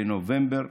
בנובמבר,